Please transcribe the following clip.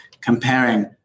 Comparing